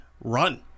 run